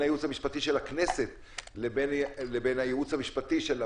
הייעוץ המשפטי של הכנסת לבין הייעוץ המשפטי של הממשלה,